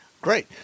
Great